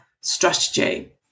strategy